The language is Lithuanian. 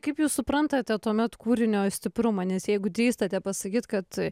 kaip jūs suprantate tuomet kūrinio stiprumą nes jeigu drįstate pasakyt kad